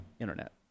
internet